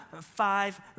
five